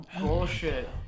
bullshit